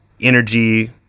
energy